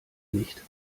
nicht